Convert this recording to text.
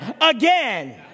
again